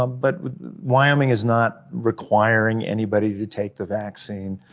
um but wyoming is not requiring anybody to take the vaccine,